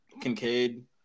Kincaid